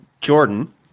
Jordan